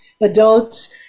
adults